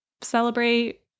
celebrate